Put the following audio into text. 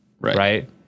Right